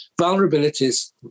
vulnerabilities